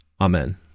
Amen